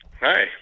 Hi